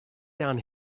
down